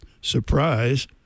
surprise